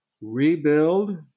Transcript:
rebuild